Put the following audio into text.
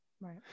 Right